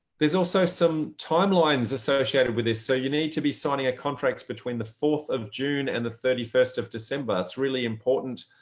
there's also some timelines associated with this. so you need to be signing a contract between the fourth of june and the thirty first of december, it's really important,